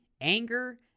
anger